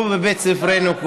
לא בבית ספרנו,